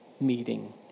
meeting